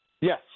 Yes